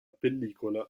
pellicola